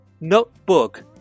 Notebook